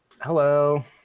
Hello